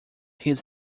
his